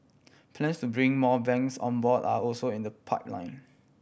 plans to bring more banks on board are also in the pipeline